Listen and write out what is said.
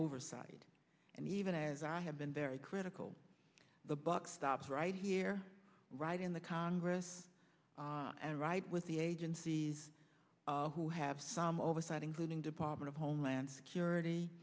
oversight and even as i have been very critical the buck stops right here right in the congress and right with the agencies who have some oversight including department of homeland security